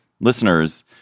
listeners